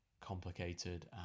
complicated